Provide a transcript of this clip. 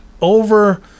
over